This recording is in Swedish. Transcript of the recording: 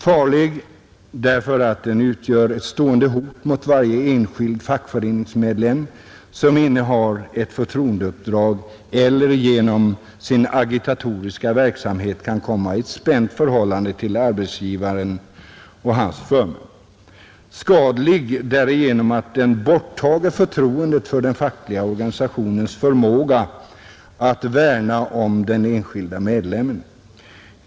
Farlig, därför att den utgör ett stående hot mot varje enskild fackföreningsmedlem som innehar ett förtroendeuppdrag eller genom sin agitatoriska verksamhet kan komma i ett spänt förhållande till sin arbetsgivare och hans förmän. Skadlig, därigenom att den borttager förtroendet till den fackliga organisationens förmåga att värna om den enskilde medlemmen.